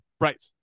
Right